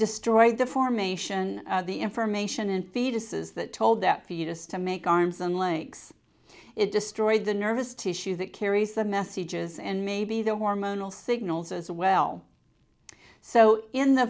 destroyed the formation of the information in fetuses that told that fetus to make arms and legs it destroyed the nervous tissue that carries the messages and maybe the hormonal signals as well so in the